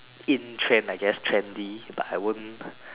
in trend I guess trendy but I won't